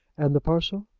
and the parcel?